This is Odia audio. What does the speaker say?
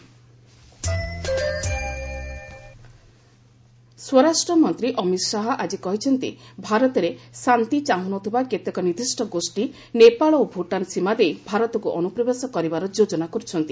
ଏସ୍ଏସ୍ବି ଅମିତ ଶାହା ସ୍ୱରାଷ୍ଟ୍ରମନ୍ତ୍ରୀ ଅମିତ ଶାହା ଆଜି କହିଛନ୍ତି ଭାରତରେ ଶାନ୍ତି ଚାହୁଁନଥିବା କେତେକ ନିର୍ଦ୍ଦିଷ୍ଟ ଗୋଷ୍ଠୀ ନେପାଳ ଓ ଭୁଟାନ ସୀମା ଦେଇ ଭାରତକୁ ଅନୁପ୍ରବେଶ କରିବାର ଯୋଜନା କରୁଛନ୍ତି